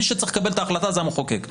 מי שצריך לקבל את ההחלטה זה המחוקק.